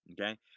Okay